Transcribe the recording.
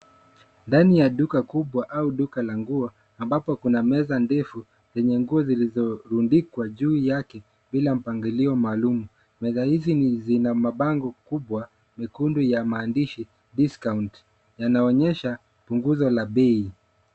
Ndani ya duka kubwa au duka la nguo ambapo kuna meza ndefu yenye nguo zilizorundikwa juu yake bila mpangilio maalum. Meza hizi zina mabango kubwa mekundu ya maandishi discount yanaonyesha punguzo la bei.